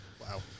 Wow